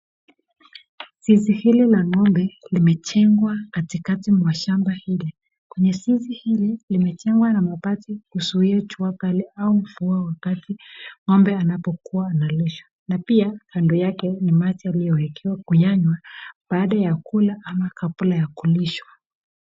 Zizi hili la ngombe limejengwa katikati mwa shamba hili, kwenye zizi hili limejengwa na mabati kuzuia jua kali au mvua wakati ngombe anapokua analishwa na pia kando yake ni maji aliyowekewa kuyanywa baada ya kula ama kabla ya kulishwa.